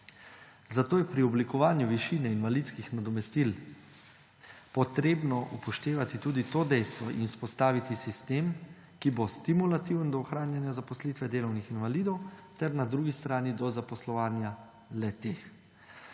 Zato je pri oblikovanju višine invalidskih nadomestil potrebno upoštevati tudi to dejstvo in vzpostaviti sistem, ki bo stimulativen do ohranjanja zaposlitve delovnih invalidov ter na drugi strani do zaposlovanja le-teh.